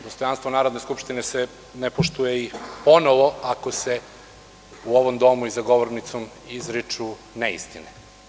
Dostojanstvo Narodne skupštine se ne poštuje i ponovo ako se u ovom domu i za govornicom izriču neistine.